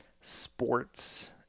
sports